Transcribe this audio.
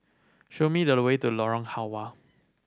show me the way to Lorong Halwa